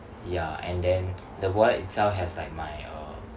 ya and then the wallet itself has like my uh